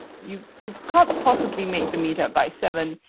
you you can't possibly make the meetup by seven